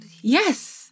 yes